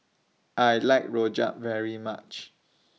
I like Rojak very much